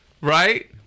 Right